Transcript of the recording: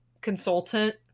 consultant